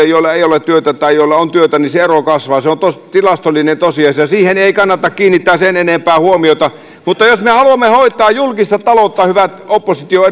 joilla ei ole työtä tai joilla on työtä se on tilastollinen tosiasia siihen ei kannata kiinnittää sen enempää huomiota mutta jos me haluamme hoitaa julkista taloutta hyvät opposition